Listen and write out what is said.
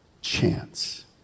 chance